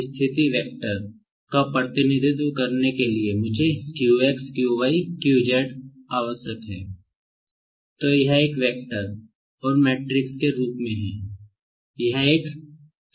3 पंक्तियाँ और 1 स्तंभ हैं और यह एक 3 × 1 मैट्रिक्स है